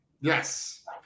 Yes